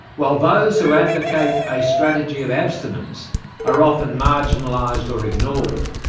while those who advocate a strategy of abstinence are often marginalised or ignored.